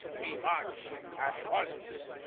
we march at once!